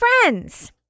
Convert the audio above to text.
friends